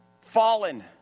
fallen